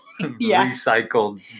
recycled